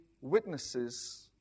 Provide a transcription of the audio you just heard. witnesses